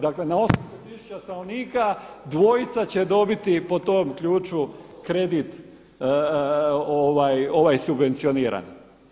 Dakle, na 800 tisuća stanovnika dvojica će dobiti po tom ključu kredit ovaj subvencionirani.